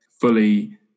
fully